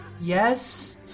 Yes